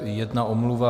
Jedna omluva.